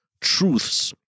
truths